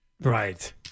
Right